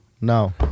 no